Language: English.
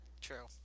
true